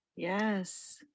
Yes